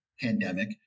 pandemic